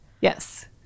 yes